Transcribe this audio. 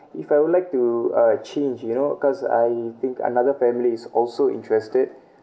if I would like to uh change you know cause I think another family is also interested